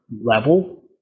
level